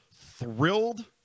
thrilled